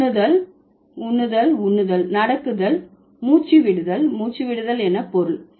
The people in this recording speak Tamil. உண்ணுதல் உண்ணுதல் உண்ணுதல் உண்ணுதல் நடக்குதல் மூச்சு விடுதல் மூச்சு விடுதல் என பொருள்